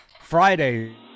Friday